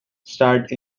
start